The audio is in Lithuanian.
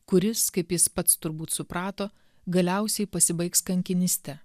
kuris kaip jis pats turbūt suprato galiausiai pasibaigs kankinyste